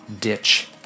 ditch